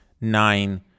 nine